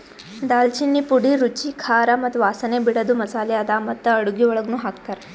ದಾಲ್ಚಿನ್ನಿ ಪುಡಿ ರುಚಿ, ಖಾರ ಮತ್ತ ವಾಸನೆ ಬಿಡದು ಮಸಾಲೆ ಅದಾ ಮತ್ತ ಅಡುಗಿ ಒಳಗನು ಹಾಕ್ತಾರ್